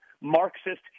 Marxist